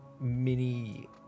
mini